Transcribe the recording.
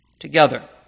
together